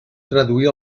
traduir